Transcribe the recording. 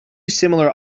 similar